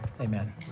amen